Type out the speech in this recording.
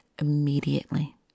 immediately